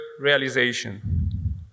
realization